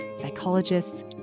psychologists